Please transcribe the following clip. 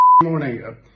morning